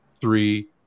three